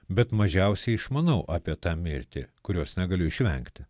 bet mažiausiai išmanau apie tą mirtį kurios negaliu išvengti